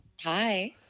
Hi